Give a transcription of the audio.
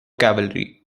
cavalry